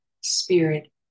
spirit